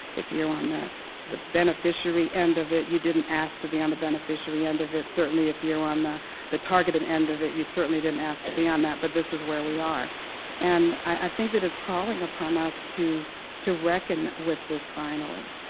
if you're on the the beneficiary end of it, you didn't ask to be on the beneficiary end of it. certainly, if you're on the the targeted end of it, you certainly didn't ask to be on that. but this is where we are and i think that it's calling upon us to to reckon with this finally.